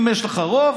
אם יש לך רוב,